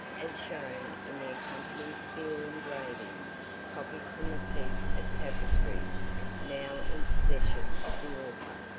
as shown in the accompanying steel engraving copied from a piece of tapestry now in possession of the author,